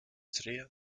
tre